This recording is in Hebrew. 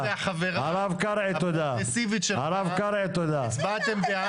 רק אתמול בחקיקה הפרוגרסיבית שלכם הצבעתם בעד